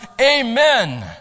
amen